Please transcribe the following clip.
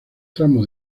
tramo